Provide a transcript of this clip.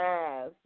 Yes